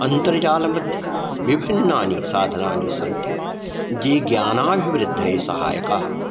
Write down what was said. अन्तर्जालमध्ये विभिन्नानि साधनानि सन्ति ये ज्ञानाभिवृद्धये साहाय्यकाः भवन्ति